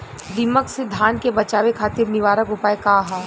दिमक से धान के बचावे खातिर निवारक उपाय का ह?